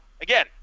again